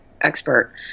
expert